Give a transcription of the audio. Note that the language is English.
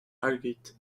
argued